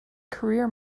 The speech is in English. career